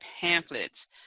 pamphlets